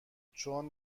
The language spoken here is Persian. چون